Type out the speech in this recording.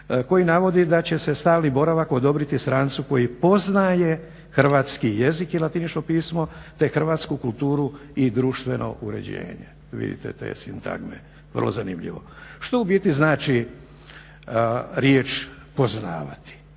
koji navodi da će se stalni boravak odobriti strancu koji poznaje hrvatski jezik i latinično pismo te hrvatsku kulturu i društveno uređenje. Vidite te sintagme, vrlo zanimljivo. Što u biti znači riječ poznavati?